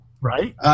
Right